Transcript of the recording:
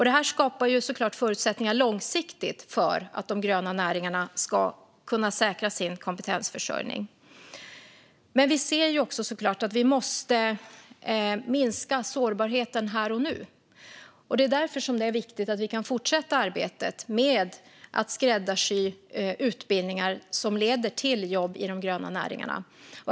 Detta skapar såklart förutsättningar långsiktigt för att de gröna näringarna ska kunna säkra sin kompetensförsörjning. Dock ser vi också att vi måste minska sårbarheten här och nu. Det är därför viktigt att vi kan fortsätta arbetet med att skräddarsy utbildningar som leder till jobb i de gröna näringarna.